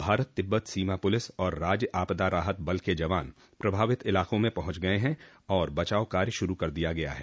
भारत तिब्बत सीमा पुलिस और राज्य आपदा राहत बल के जवान प्रभावित इलाकों में पहुंच गए हैं और बचाव कार्य शुरू कर दिया गया है